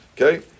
Okay